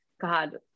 god